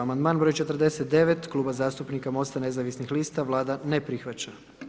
Amandman broj 49 Kluba zastupnika Mosta nezavisnih lista, Vlada ne prihvaća.